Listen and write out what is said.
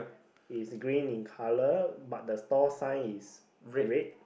it's green in colour but the store sign is red